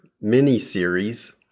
mini-series